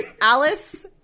Alice